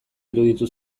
iruditu